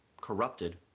corrupted